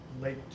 late